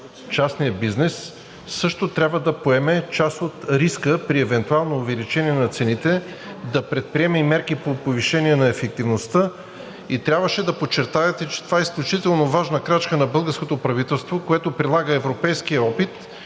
частният бизнес също трябва да поеме част от риска при евентуалното увеличение на цените, да предприеме и мерки по повишение на ефективността. Трябваше да подчертаете, че това е изключително важна крачка на българското правителство, което прилага европейския опит